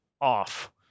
off